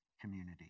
community